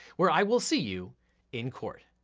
where i will see you in court.